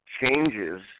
changes